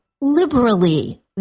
liberally